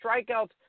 Strikeouts